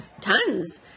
Tons